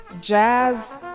Jazz